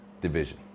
division